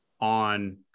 on